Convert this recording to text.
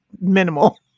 minimal